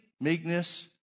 meekness